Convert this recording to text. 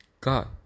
God